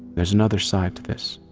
there's another side to this.